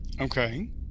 okay